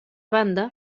banda